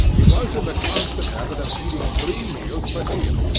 he was in the constant habit of eating three meals per diem,